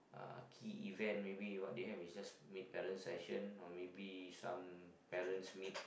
uh key event maybe what they have is just meet parent session or maybe some parents meet